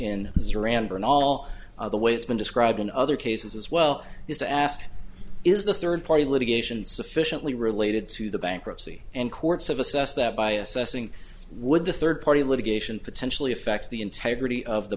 been all the way it's been described in other cases as well is to ask is the third party litigation sufficiently related to the bankruptcy and courts have assessed that by assessing would the third party litigation potentially affect the integrity of the